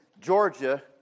Georgia